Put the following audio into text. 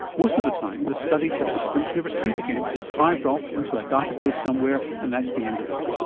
most of the time the study participants never see it again, it's hived off into a database somewhere and that's the end of it.